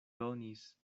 donis